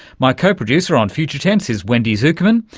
my co-producer on future tense is wendy zukerman,